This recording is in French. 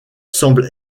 semble